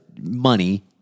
money